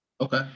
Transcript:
okay